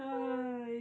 !huh!